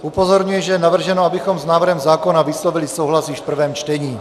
Upozorňuji, že je navrženo, abychom s návrhem zákona vyslovili souhlas již v prvém čtení.